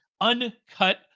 Uncut